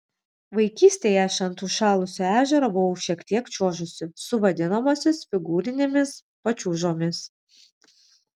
vaikystėje aš ant užšalusio ežero buvau šiek tiek čiuožusi su vadinamomis figūrinėmis pačiūžomis